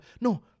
no